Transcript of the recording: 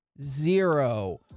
Zero